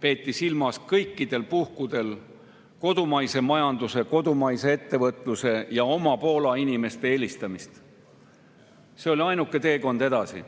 peeti silmas kõikidel puhkudel kodumaise majanduse, kodumaise ettevõtluse ja Poola oma inimeste eelistamist. See oli ainuke teekond edasi.